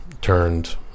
turned